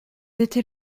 était